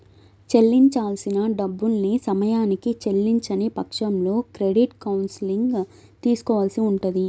చెల్లించాల్సిన డబ్బుల్ని సమయానికి చెల్లించని పక్షంలో క్రెడిట్ కౌన్సిలింగ్ తీసుకోవాల్సి ఉంటది